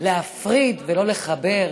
כדי להפריד ולא לחבר,